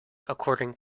according